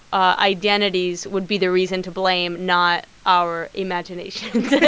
ah identities would be the reason to blame, not our imaginations